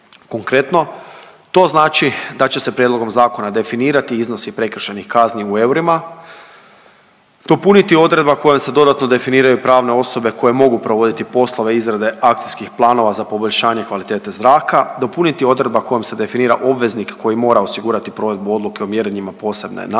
Konkretno to znači da će se prijedlogom zakona definirati iznosi prekršajnih kazni u eurima, dopuniti odredba kojom se dodatno definiraju pravne osobe koje mogu provoditi poslove izrade akcijskih planova za poboljšanje kvalitete zraka, dopuniti odredba kojom se definira obveznik koji mora osigurati provedbu Odluke o mjerenjima posebne namjene.